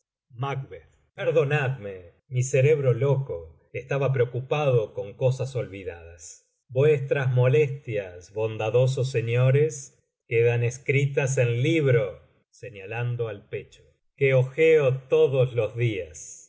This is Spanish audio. perdonadme mi cerebro loco estaba preocupado con cosas olvidadas vuestras molestias bondadosos señores quedan escritas en libro señalando ai pecho que hojeo todos los días